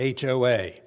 HOA